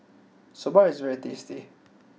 Soba is very tasty